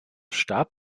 starb